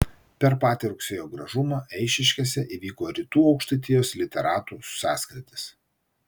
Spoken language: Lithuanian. per patį rugsėjo gražumą eišiškėse įvyko rytų aukštaitijos literatų sąskrydis